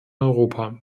europa